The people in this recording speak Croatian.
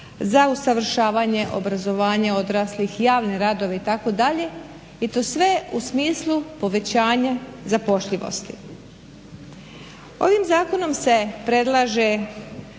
za usavršavanje, obrazovanje odraslih, javne radove itd. i to sve u smislu povećanja zapošljivosti. Ovim zakonom se predlaže,